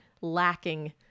lacking